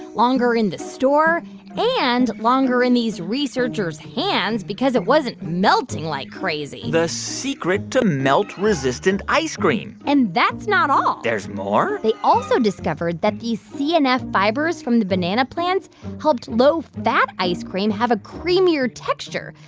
longer in the store and longer in these researchers' hands because it wasn't melting like crazy the secret to melt-resistant ice cream and that's not all there's more? they also discovered that these cnf fibers from the banana plants helped low-fat ice cream have a creamier texture,